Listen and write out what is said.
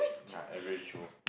ya average Joe